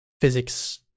physics